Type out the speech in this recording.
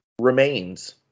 remains